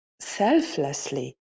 selflessly